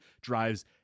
drives